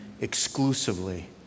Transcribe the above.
exclusively